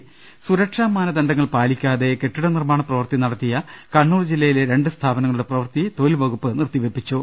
രുട്ടിട്ട്ട്ട്ട്ട്ട്ട സുരക്ഷാ മാനദണ്ഡങ്ങൾ പാലിക്കാതെ കെട്ടിട നിർമ്മാണ പ്രവൃത്തി ന ടത്തിയ കണ്ണൂർ ജില്ലയിലെ രണ്ട് സ്ഥാപനങ്ങളുടെ പ്രവൃത്തി തൊഴിൽ വ കുപ്പ് നിർത്തിവെപ്പിച്ചു